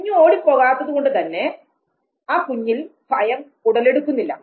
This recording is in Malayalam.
കുഞ്ഞ് ഓടി പോകാത്തത് കൊണ്ട് തന്നെ ആ കുഞ്ഞിൽ ഭയം ഉടലെടുക്കുന്നില്ല